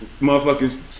motherfuckers